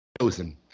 chosen